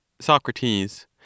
Socrates